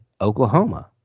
Oklahoma